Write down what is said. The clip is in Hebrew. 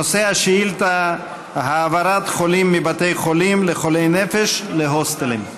נושא השאילתה: העברת חולים מבתי חולים לחולי נפש להוסטלים.